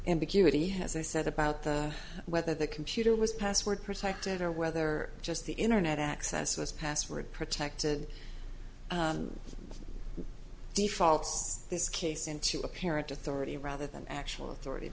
ambiguity has they said about the whether the computer was password protected or whether just the internet access was password protected defaults this case into apparent authority rather than actual authority